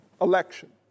Election